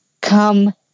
Come